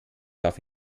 darf